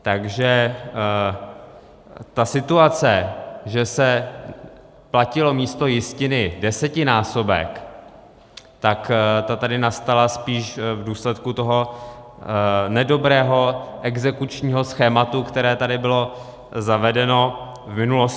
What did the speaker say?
Takže ta situace, že se platil místo jistiny desetinásobek, tak ta tady nastala spíš v důsledku toho nedobrého exekučního schématu, které tady bylo zavedeno v minulosti.